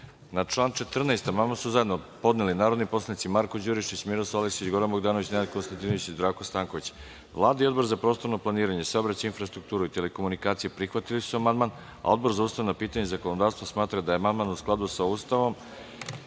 član 14. amandman su zajedno podneli narodni poslanici Marko Đurišić, Miroslav Aleksić, Goran Bogdanović, Nenad Konstantinović i Zdravko Stanković. Vlada i Odbor za prostorno planiranje, saobraćaj, infrastrukturu, telekomunikacije prihvatili su amandman. Odbor za ustavna pitanja i zakonodavstvo smatra da je amandman u skladu sa Ustavom